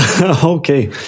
Okay